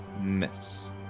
miss